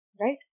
Right